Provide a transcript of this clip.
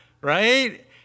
right